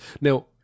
Now